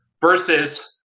versus